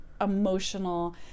emotional